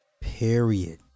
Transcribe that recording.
Period